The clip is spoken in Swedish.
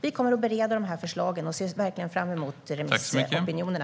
Vi kommer att bereda de här förslagen, och jag ser verkligen fram emot remissopinionerna.